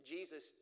Jesus